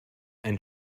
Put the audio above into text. ein